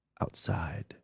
outside